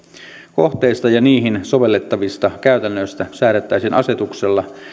kohteista ja niihin sovellettavista käytännöistä säädettäisiin asetuksella